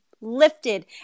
lifted